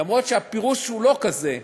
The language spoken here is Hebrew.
למרות שהפירוש הוא לא כזה,